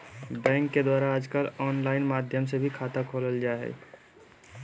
bank के द्वारा आजकल आनलाइन माध्यम से भी खाता खोलल जा हइ